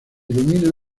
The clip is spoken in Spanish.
ilumina